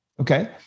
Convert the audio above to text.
Okay